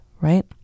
right